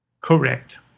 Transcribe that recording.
Correct